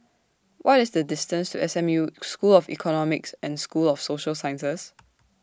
What IS The distance to S M U School of Economics and School of Social Sciences